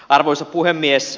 arvoisa puhemies